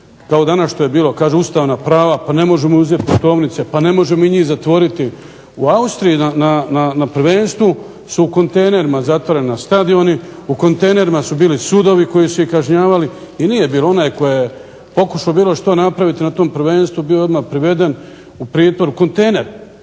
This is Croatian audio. kao danas što je bilo kažu ustavna prava pa ne možemo im uzeti putovnice, pa ne možemo mi njih zatvoriti. U Austriji su na prvenstvu u kontejnerima zatvoreni stadioni, u kontejnerima su bili i sudovi koji su ih kažnjavali. I onaj tko je pokušao bilo što napraviti na tom prvenstvu bio je odmah priveden u pritvor. Kontejner